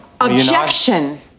Objection